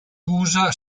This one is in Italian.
usa